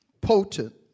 potent